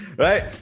right